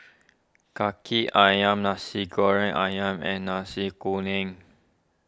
Kaki Ayam Nasi Goreng Ayam and Nasi Kuning